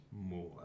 more